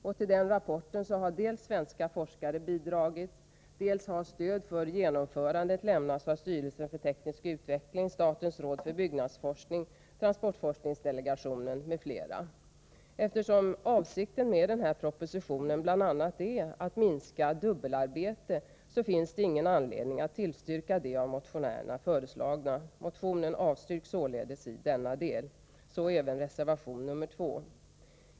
Vad gäller denna rapport har dels svenska forskare lämnat bidrag, dels stöd för genomförandet lämnats av styrelsen för teknisk utveckling, statens råd för byggnadsforskning, transportforskningsdelegationen m.fl. Eftersom avsikten med propositionen bl.a. är att minska dubbelarbetet, finns det ingen anledning att tillstyrka motionärernas förslag. Motionen i den berörda delen avstyrks således, liksom även reservation nr 2.